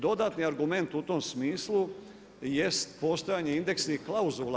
Dodatni argument u tom smislu jest postojanje indeksnih klauzula.